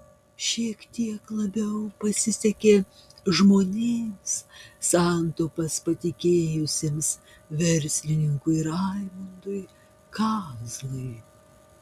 šiek tiek labiau pasisekė žmonėms santaupas patikėjusiems verslininkui raimundui kazlai